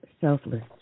selfless